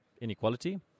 inequality